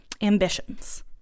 ambitions